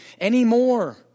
anymore